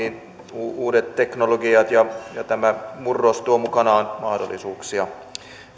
uudet teknologiat ja tämä murros tuovat mukanaan mahdollisuuksia